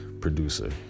producer